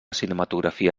cinematografia